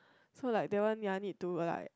so like that one I need to like